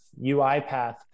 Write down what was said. UiPath